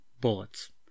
bullets